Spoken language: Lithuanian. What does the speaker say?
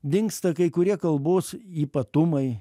dingsta kai kurie kalbos ypatumai